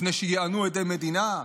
לפני שיענו עדי מדינה,